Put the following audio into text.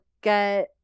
get